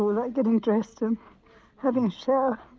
like getting dressed and having a shower,